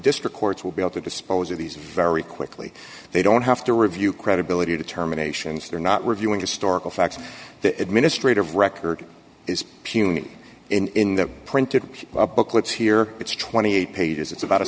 district courts will be able to dispose of these very quickly they don't have to review credibility determinations they're not reviewing historical facts the administrative record is puny in the printed booklets here it's twenty eight pages it's about